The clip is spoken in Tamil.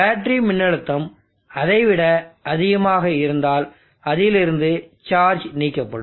பேட்டரி மின்னழுத்தம் அதை விட அதிகமாக இருந்தால் அதிலிருந்து சார்ஜ் நீக்கப்படும்